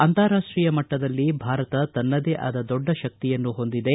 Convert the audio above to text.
ಅಂತಾರಾಷ್ವೀಯ ಮಟ್ಟದಲ್ಲಿ ಭಾರತ ತನ್ನದೇ ಅದ ದೊಡ್ಡ ಶಕ್ತಿಯನ್ನು ಹೊಂದಿದೆ